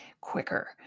Quicker